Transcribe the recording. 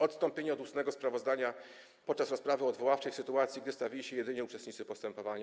Odstąpienie od ustnego sprawozdania podczas rozprawy odwoławczej w sytuacji, gdy stawili się jedynie uczestnicy postępowania.